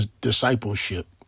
discipleship